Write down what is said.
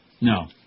No